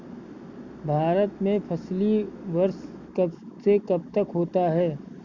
भारत में फसली वर्ष कब से कब तक होता है?